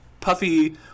puffy